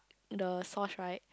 the sauce right